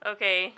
Okay